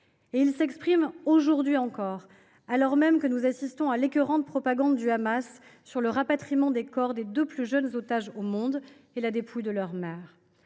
S’ils s’expriment aujourd’hui encore, alors même que nous assistons à l’écœurante propagande du Hamas sur le rapatriement des corps des deux plus jeunes otages au monde, avec la dépouille de leur mère.